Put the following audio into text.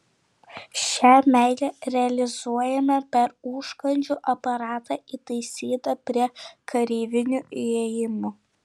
šią meilę realizuojame per užkandžių aparatą įtaisytą prie kareivinių įėjimo